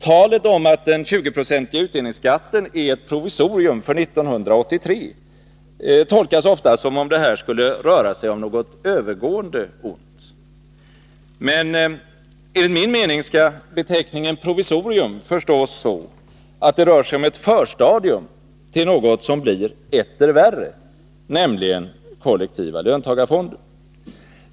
Talet om att den 20-procentiga utdelningsskatten är ett provisorium för 1983 tolkas ofta som om det här skulle röra sig om något övergående ont, men enligt min mening skall beteckningen ”provisorium” förstås så, att det rör sig om ett förstadium till något som blir etter värre, nämligen kollektiva löntagarfonder.